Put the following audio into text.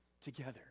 together